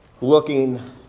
looking